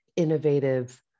innovative